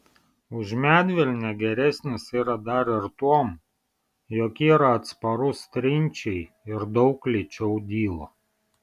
už medvilnę geresnis yra dar ir tuom jog yra atsparus trinčiai ir daug lėčiau dyla